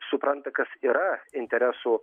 supranta kas yra interesų